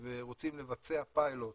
ורוצים לבצע פיילוט